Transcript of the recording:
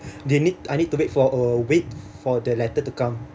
they need I need to wait for a week for the letter to come